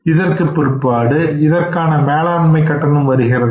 இதற்கு பிற்பாடு இதற்கான மேலாண்மை கட்டணம் வருகின்றது